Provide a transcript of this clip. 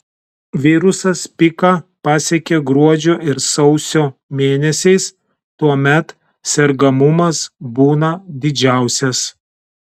virusas piką pasiekią gruodžio ir sausio mėnesiais tuomet sergamumas būna didžiausias